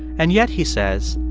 and yet, he says,